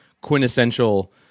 quintessential